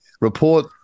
report